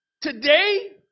Today